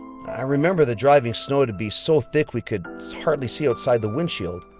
i remember the driving snow to be so thick we could hardly see outside the windshield.